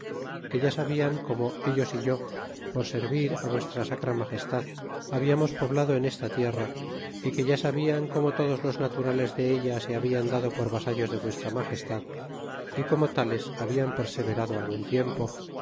que ya sablean como ellos y o j o por servir ti vuestra sacra liagedad habiamos pidado en esta f ier ya y quepa sobian com todos los naturnles de ella se ha bian dado por vasalhs de vuestra jifa pesad y ciono tales habiten perseverado algun tiempo